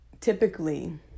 typically